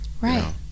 Right